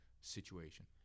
situation